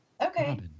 Okay